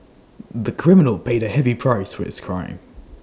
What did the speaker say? the criminal paid A heavy price for his crime